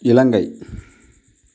Sri Lanka